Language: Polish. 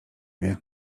wie